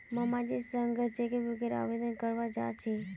मामाजीर संग चेकबुकेर आवेदन करवा जा छि